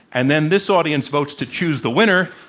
and then this audience votes to choose the winner,